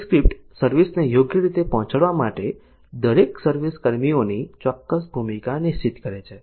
service script service ને યોગ્ય રીતે પહોંચાડવા માટે દરેક સર્વિસ કર્મીઓની ચોક્કસ ભૂમિકા નિશ્ચિત કરે છે